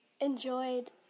enjoyed